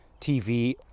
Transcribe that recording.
...TV